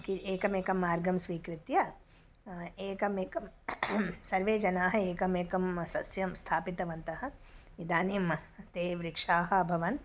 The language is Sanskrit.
किं एकमेकं मार्गं स्वीकृत्य एकमेकं सर्वे जनाः एकमेकं सस्यं स्थापितवन्तः इदानीं ते वृक्षाः अभवन्